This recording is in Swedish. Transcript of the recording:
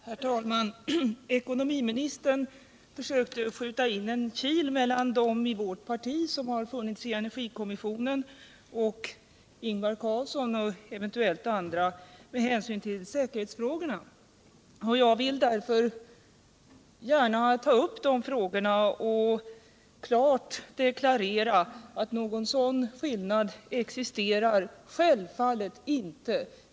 Herr talman! Ekonomiministern försökte med säkerhetsfrågorna som utgångspunkt skjuta in en kil mellan å ena sidan våra representanter i energikommissionen och å andra sidan Ingvar Carlsson och eventuellt även andra socialdemokrater. Jag vill därför ta upp de frågorna och klart deklarera att någon sådan skillnad självfallet inte existerar.